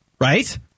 right